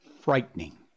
frightening